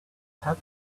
have